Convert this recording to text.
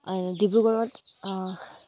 ডিব্ৰুগড়ত